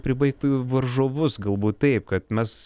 pribaigtų varžovus galbūt taip kad mes